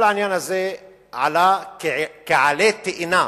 כל העניין הזה עלה כעלה תאנה